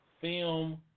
film